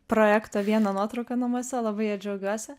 projekto vieną nuotrauką namuose labai ja džiaugiuosi